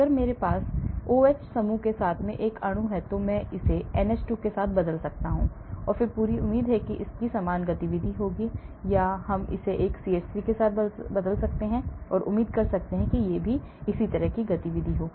अगर मेरे पास OH समूह के साथ एक अणु है तो मैं इसे NH2 के साथ बदल सकता हूं फिर मुझे उम्मीद है कि इसकी समान गतिविधि होगी या मैं इसे CH3 के साथ बदल सकता हूं और उम्मीद कर सकता हूं कि इसी तरह की गतिविधि हो